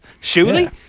Surely